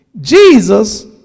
Jesus